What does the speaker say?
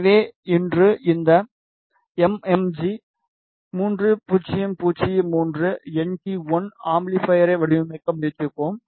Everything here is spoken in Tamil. எனவே இன்று இந்த எம்எம்ஜி3003என்டீ1 அம்பிளிபையரை வடிவமைக்க முயற்சிப்போம்